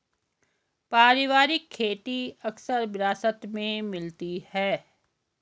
पारिवारिक खेती अक्सर विरासत में मिलती है